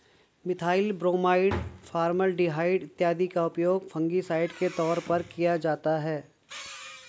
methyl bromide, formaldehyde इत्यादि का उपयोग फंगिसाइड के तौर पर किया जाता है